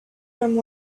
from